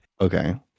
Okay